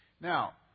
Now